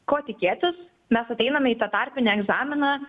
ko tikėtis mes ateiname į tą tarpinį egzaminą